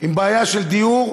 עם בעיה של דיור,